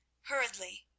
hurriedly